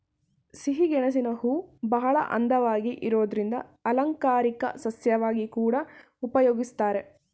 ಸಿಹಿಗೆಣಸಿನ ಹೂವುಬಹಳ ಅಂದವಾಗಿ ಇರೋದ್ರಿಂದ ಅಲಂಕಾರಿಕ ಸಸ್ಯವಾಗಿ ಕೂಡಾ ಉಪಯೋಗಿಸ್ತಾರೆ